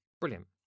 Brilliant